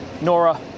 Nora